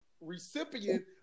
recipient